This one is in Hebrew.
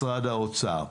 ב' תקציב צבוע במשרד האוצר.